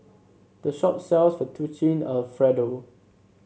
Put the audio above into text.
the shop sells Fettuccine Alfredo